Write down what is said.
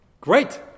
Great